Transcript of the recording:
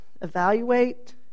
evaluate